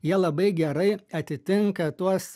jie labai gerai atitinka tuos